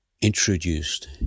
Introduced